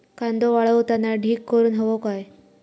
कांदो वाळवताना ढीग करून हवो काय?